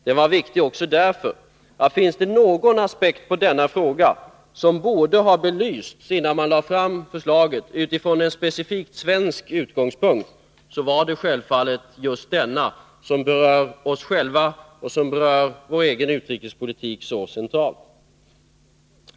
Den var viktig också därför att om det finns någon aspekt på frågan som borde ha belysts innan man lade fram förslaget från specifikt svensk utgångspunkt, så var det självfallet just denna som berör oss själva och som berör vår egen utrikespolitik så centralt.